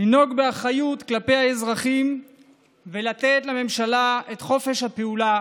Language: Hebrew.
לנהוג באחריות כלפי האזרחים ולתת לממשלה את חופש הפעולה